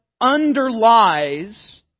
underlies